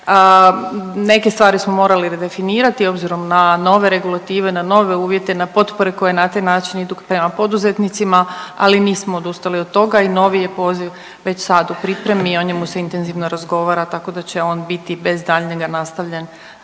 Neke stvari smo morali redefinirati obzirom na nove regulative, na nove uvjete, na potpore koje na taj način idu prema poduzetnicima, ali nismo odustali od toga i novi je poziv već sad u pripremi. O njemu se intenzivno razgovara tako da će on biti bez daljnjega nastavljen